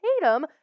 Tatum